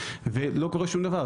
ולא קורה שום דבר.